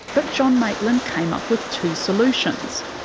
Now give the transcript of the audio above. but john maitland came up with two solutions.